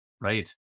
Right